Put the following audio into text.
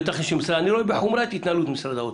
אני רואה בחומרה את התנהלות משרד האוצר.